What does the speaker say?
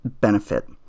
benefit